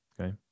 Okay